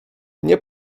nie